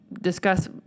discuss